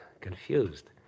confused